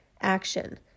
action